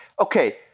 Okay